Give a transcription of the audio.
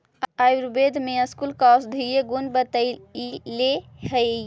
आयुर्वेद में स्कूल का औषधीय गुण बतईले हई